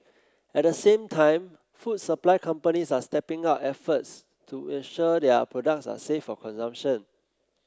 at the same time food supply companies are stepping up efforts to ensure their products are safe for consumption